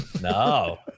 No